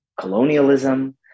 colonialism